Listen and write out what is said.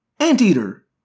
Anteater